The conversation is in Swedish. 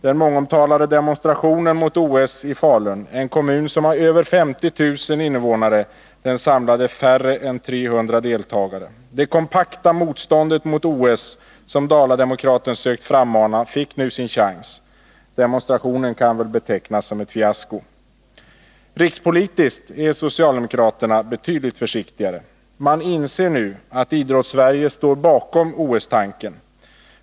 Den mångomtalade demonstrationen mot OS i Falun, en kommun som har över 50 000 invånare, samlade färre än 300 deltagare. Det kompakta motstånd mot OS som Dala-Demokraten sökt frammana fick nu sin chans. Demonstrationen kan dock betecknas som ett fiasko. Rikspolitiskt är socialdemokraterna betydligt försiktigare. Man inser nu att Idrottssverige står bakom OS-tanken.